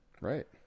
Right